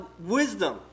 wisdom